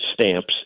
stamps